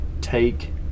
take